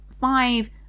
five